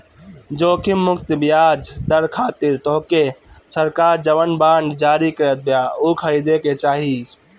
जोखिम मुक्त बियाज दर खातिर तोहके सरकार जवन बांड जारी करत बिया उ खरीदे के चाही